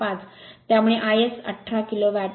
5 त्यामुळे iS 18 kilo watt